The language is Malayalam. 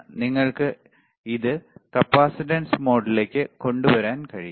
നിങ്ങൾക്ക് ഇത് കപ്പാസിറ്റൻസ് മോഡിലേക്ക് കൊണ്ടുവരാൻ കഴിയും